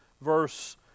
verse